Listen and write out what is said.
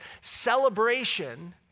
Celebration